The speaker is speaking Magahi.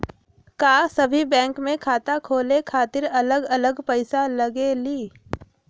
का सभी बैंक में खाता खोले खातीर अलग अलग पैसा लगेलि?